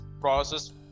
process